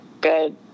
good